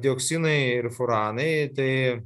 dioksinai ir furanai tai